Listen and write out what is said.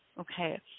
okay